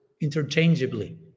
interchangeably